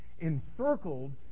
encircled